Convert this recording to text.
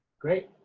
great.